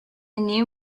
new